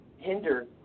hinder